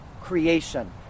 creation